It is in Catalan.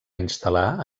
instal·lar